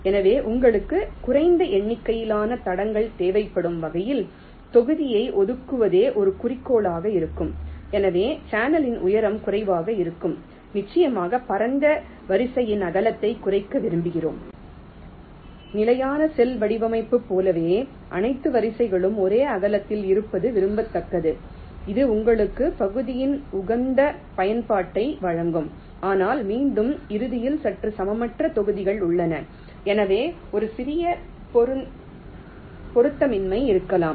எனவே உங்களுக்கு குறைந்த எண்ணிக்கையிலான தடங்கள் தேவைப்படும் வகையில் தொகுதியை ஒதுக்குவதே ஒரு குறிக்கோளாக இருக்கும் எனவே சேனலின் உயரம் குறைவாக இருக்கும் நிச்சயமாக பரந்த வரிசையின் அகலத்தை குறைக்க விரும்புகிறோம் நிலையான செல் வடிவமைப்பைப் போலவே அனைத்து வரிசைகளும் ஒரே அகலத்தில் இருப்பது விரும்பத்தக்கது இது உங்களுக்குப் பகுதியின் உகந்த பயன்பாட்டை வழங்கும் ஆனால் மீண்டும் இறுதியில் சற்று சமமற்ற தொகுதிகள் உள்ளன எனவே ஒரு சிறிய பொருத்தமின்மை இருக்கலாம்